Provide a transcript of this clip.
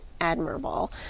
admirable